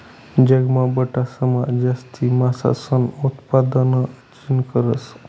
जगमा बठासमा जास्ती मासासनं उतपादन चीन करस